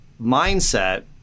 mindset